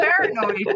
paranoid